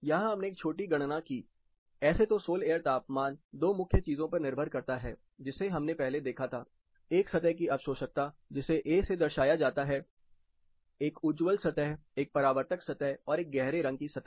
यहां हमने एक छोटी गणना की ऐसे तो सोल एयर तापमान दो मुख्य चीजों पर निर्भर करता है जिसे हमने पहले देखा है एक सतह की अवशोषकता जिसे a से दर्शाया जाता है एक उज्ज्वल सतह एक परावर्तक सतह और एक गहरे रंग की सतह